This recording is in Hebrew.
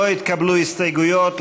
לא התקבלו הסתייגויות,